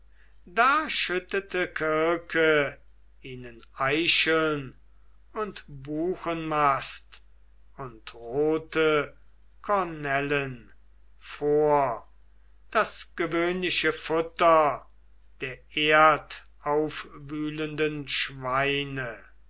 da schüttete kirke ihnen eicheln und buchenmast und rote kornellen vor das gewöhnliche futter der erdaufwühlenden schweine